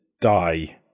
die